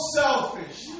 selfish